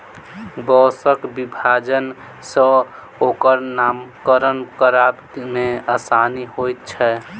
बाँसक विभाजन सॅ ओकर नामकरण करबा मे आसानी होइत छै